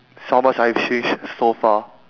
how much I've changed so far